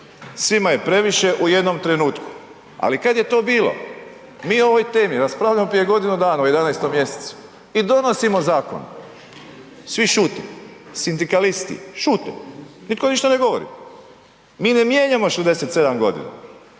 Svima je previše u jednom trenutku ali kad je to bilo, mi o ovoj temi raspravljamo prije godinu dana, u 11. mj. i donosimo zakon svi šute. Sindikalisti šute. Nitko ništa ne govori. Mi ne mijenjamo 67 g.,